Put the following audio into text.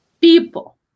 people